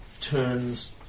turns